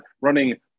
running